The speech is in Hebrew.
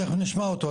תיכף נשמע אותו,